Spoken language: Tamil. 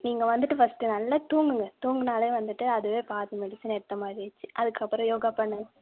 நீங்கள் வந்துட்டு ஃபஸ்ட்டு நல்லா தூங்குங்கள் தூங்குனாலே வந்துட்டு அதுவே பாதி மெடிசன் எடுத்த மாதிரி ஆச்சு அதுக்கப்புறம் யோகா பண்ணுங்கள்